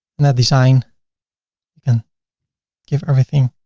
and at design you can give everything